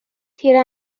تیر